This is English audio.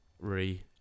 Re-